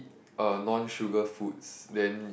a non sugar foods then